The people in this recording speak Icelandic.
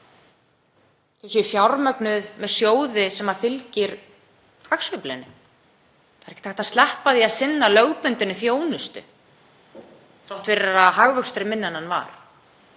séu fjármögnuð með sjóði sem fylgir hagsveiflunni. Það er ekkert hægt að sleppa því að sinna lögbundinni þjónustu þrátt fyrir að hagvöxtur sé minni en hann var.